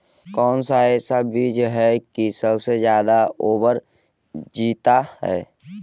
कौन सा ऐसा बीज है की सबसे ज्यादा ओवर जीता है?